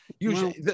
Usually